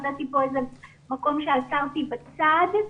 מצאתי פה איזה מקום שעצרתי בצד.